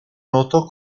noto